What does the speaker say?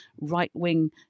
right-wing